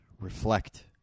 reflect